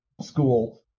school